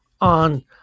on